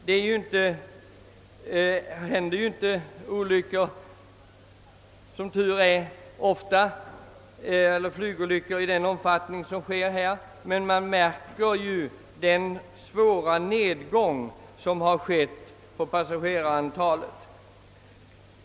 Det händer ju, som tur är, inte flygolyckor så ofta, men då det inträffar sådana olyckor märker man genast en stor nedgång i passagerarantalet.